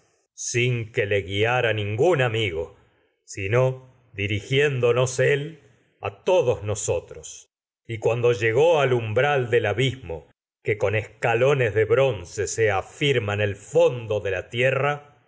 sin que le guiara ningún amigo a sente lo sabes sino dirigiéndonos umbral él todos que nosotros y cuando llegó al del abismo con escalones de bronce se afir se ma en el fondo de la tierra